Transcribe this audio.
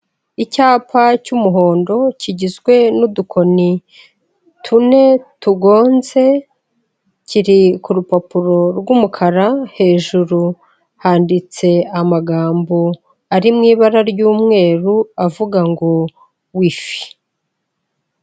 Icyapa cy'umuhondo kigizwe n'udukoni tune tugonze, kiri ku rupapuro rw'umukara hejuru handitse amagambo ari mu ibara ry'umweru avuga ngo wifi.